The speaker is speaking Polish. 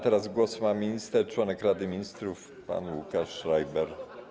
Teraz głos ma minister - członek Rady Ministrów pan Łukasz Schreiber.